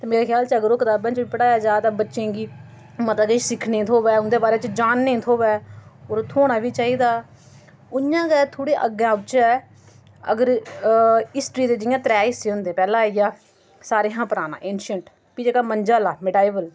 ते मेरे ख्याल च अगर ओह् कताबें च बी पढ़ाया जा ते बच्चें गी मता किश सिक्खने गी थ्होऐ उं'दे बारे च जानने ई थ्होऐ होर थ्होना बी चाहिदा उ'यां गै थोह्ड़े अग्गें औचे अगर हिस्ट्री दे जि'यां त्रैऽ हिस्से होंदे पैह्ला आइया सारें हा पराना ऐन्शन्ट फ्ही जेह्का मंझ आह्ला मिडाइवल